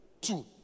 Two